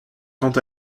quant